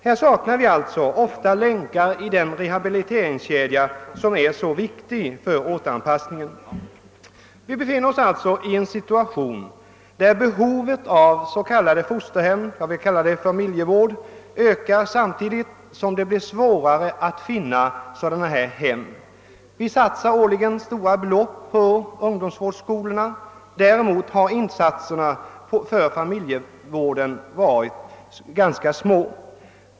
Vi saknar alltså ofta länkar i den rehabiliteringskedja som är så viktig för återanpassningen. Vi befinner oss i en situation där behovet av s.k. fosterhem — jag vill kalla det familjevård — ökar samtidigt som det blir svårare att finna sådana hem. Vi satsar årligen stora belopp på ungdomsvårdsskolorna. Däremot har insatserna för familjevården varit ganska små.